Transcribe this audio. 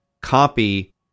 copy